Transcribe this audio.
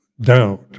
doubt